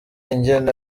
ingene